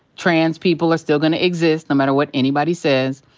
trans people are still gonna exist, no matter what anybody says.